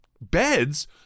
beds